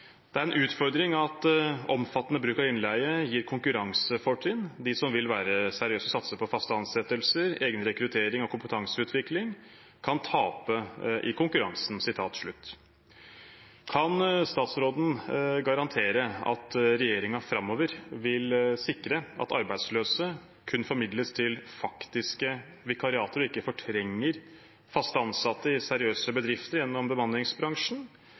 er en utfordring at omfattende bruk av innleie gir konkurransefortrinn.» Videre sier hun: «De som vil være seriøse og satser på faste ansettelser, egen rekruttering og kompetanseutvikling, kan tape i konkurransen.» Kan statsråden garantere at regjeringen framover vil sikre at arbeidsløse kun formidles til faktiske vikariater, og ikke fortrenger fast ansatte i seriøse bedrifter, gjennom bemanningsbransjen?